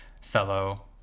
fellow